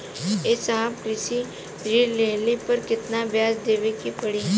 ए साहब कृषि ऋण लेहले पर कितना ब्याज देवे पणी?